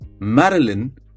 Marilyn